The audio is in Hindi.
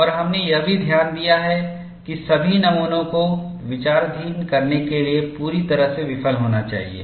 और हमने यह भी ध्यान दिया है कि सभी नमूनों को विचाराधीन करने के लिए पूरी तरह से विफल होना चाहिए